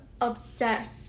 obsessed